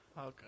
Okay